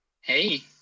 Hey